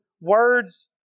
words